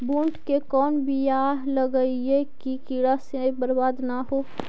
बुंट के कौन बियाह लगइयै कि कीड़ा से बरबाद न हो?